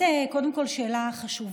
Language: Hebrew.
קודם כול, זאת שאלה חשובה,